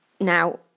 Now